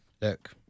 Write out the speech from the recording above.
Look